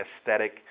aesthetic